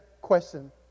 question